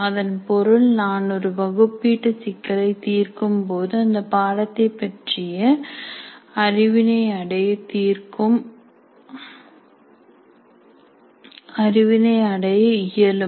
அதன் பொருள் நான் ஒரு வகுப்பு ஈட்டு சிக்கலை தீர்க்கும் போது அந்த பாடத்தை பற்றிய அறிவினை அடைய இயலும்